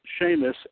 Seamus